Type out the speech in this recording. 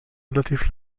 relativ